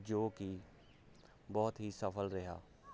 ਜੋ ਕਿ ਬਹੁਤ ਹੀ ਸਫਲ ਰਿਹਾ